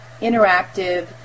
interactive